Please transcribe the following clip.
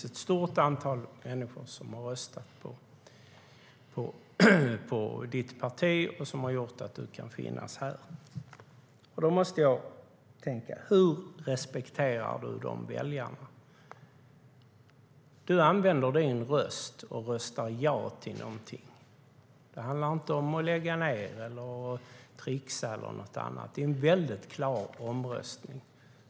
Ett stort antal människor har dock röstat på ditt parti, David Lång, vilket gör att du kan stå här. Hur respekterar du dessa väljare, David Lång? Du använder din röst och röstar ja till något. Det handlar inte om att lägga ned, tricksa eller något annat. Det är en klar omröstning.